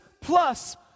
plus